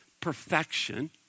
perfection